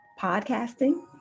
podcasting